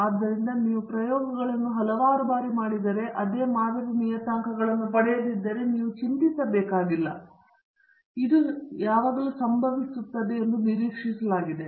ಆದ್ದರಿಂದ ನೀವು ಪ್ರಯೋಗಗಳನ್ನು ಹಲವಾರು ಬಾರಿ ಮಾಡಿದರೆ ನೀವು ಅದೇ ಮಾದರಿ ನಿಯತಾಂಕಗಳನ್ನು ಪಡೆಯದಿದ್ದರೆ ನೀವು ಚಿಂತಿಸಬೇಕಾಗಿಲ್ಲ ಇದು ಸಂಭವಿಸಲಿದೆ ಎಂದು ನಿರೀಕ್ಷಿಸಲಾಗಿದೆ